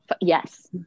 Yes